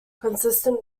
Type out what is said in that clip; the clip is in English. consistent